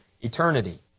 eternity